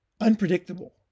unpredictable